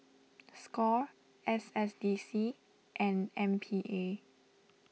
Score S S D C and M P A